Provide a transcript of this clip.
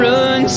Run